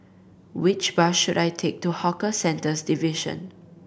which bus should I take to Hawker Centres Division